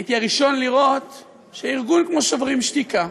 אני הייתי הראשון לראות שארגון כמו "שוברים שתיקה",